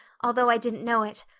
although i didn't know it.